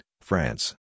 France